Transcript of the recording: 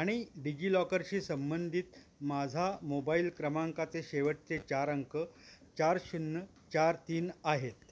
आणि डिजिलॉकरशी संबंधित माझा मोबाईल क्रमांकाचे शेवटचे चार अंक चार शून्य चार तीन आहेत